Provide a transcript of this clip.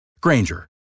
Granger